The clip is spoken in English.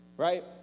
Right